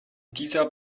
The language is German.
dieser